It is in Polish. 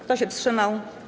Kto się wstrzymał?